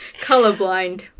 colorblind